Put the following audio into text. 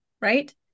right